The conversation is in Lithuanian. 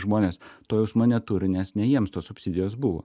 žmonės to jausmo neturi nes ne jiems tos subsidijos buvo